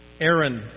Aaron